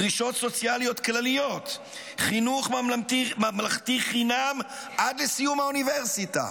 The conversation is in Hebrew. דרישות סוציאליות כלליות: חינוך ממלכתי חינם עד לסיום האוניברסיטה,